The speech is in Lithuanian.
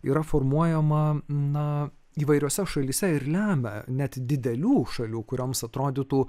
yra formuojama na įvairiose šalyse ir lemia net didelių šalių kurioms atrodytų